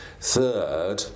Third